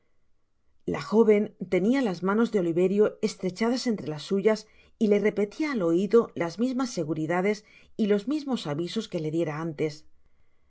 la joven tenia las manos de oliverio estrechadas entre las suyas y le repetia al oido las mismas seguridades y los mismos avisos que le diera antes